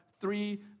three